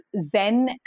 Zen